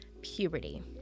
puberty